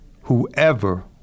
whoever